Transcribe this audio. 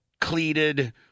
cleated